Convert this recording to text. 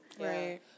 Right